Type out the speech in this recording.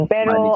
Pero